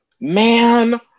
man